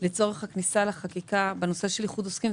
לצורך הכניסה לחקיקה באיחוד עוסקים,